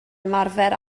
ymarfer